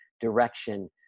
direction